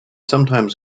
sometimes